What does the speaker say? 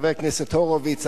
חבר הכנסת הורוביץ,